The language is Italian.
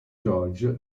george